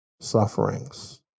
sufferings